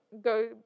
go